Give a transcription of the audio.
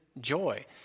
joy